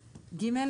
השינויים.